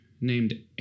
named